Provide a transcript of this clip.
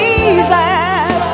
Jesus